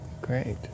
great